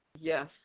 Yes